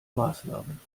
maßnahmen